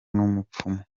n’umupfumu